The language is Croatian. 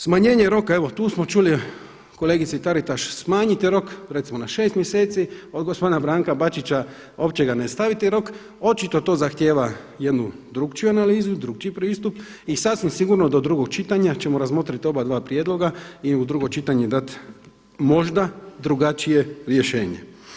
Smanjenje roka evo tu smo čuli kolegice Taritaš smanjite rok recimo na šest mjeseci, od gospodina Branka Bačića uopće ga ne staviti rok, očito to zahtjeva jednu drukčiju analizu drukčiji pristup i sasvim sigurno do drugog čitanja ćemo razmotriti obadva prijedloga i u drugo čitanje dati možda drugačije rješenje.